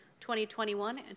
2021